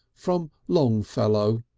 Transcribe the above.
from longfellow.